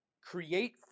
create